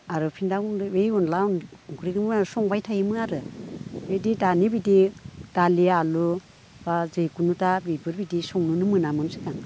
आरो फिन्दा गुन्दै बे अनद्ला ओंख्रिखोनो संबाय थायोमोन आरो बिदि दानि बिदि दालि आलु बा जिखुनु दा बेफोरबायदि संनोनो मोनामोन सिगां